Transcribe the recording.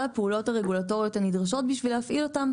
הפעולות הרגולטוריות הנדרשות בשביל להפעיל אותם,